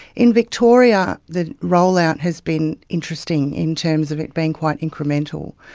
in victoria the rollout has been interesting in terms of it being quite incremental.